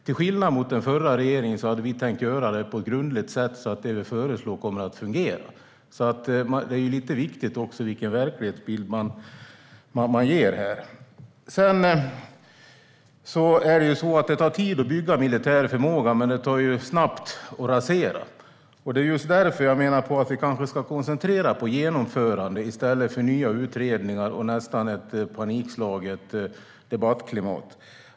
Till skillnad från den förra regeringen hade vi tänkt göra det här på ett grundligt sätt så att det vi föreslår kommer att fungera. Det är viktigt vilken verklighetsbild man ger här. Det tar tid att bygga militär förmåga, men det går fort att rasera den. Det är just därför jag menar att vi ska koncentrera oss på genomförande i stället för nya utredningar och ett nästan panikslaget debattklimat.